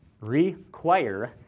require